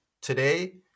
Today